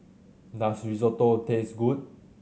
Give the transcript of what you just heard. does Risotto taste good